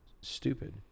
stupid